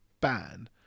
ban